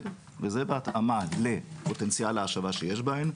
וזה בהתאמה לפוטנציאל ההשבה שיש בהן,